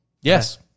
Yes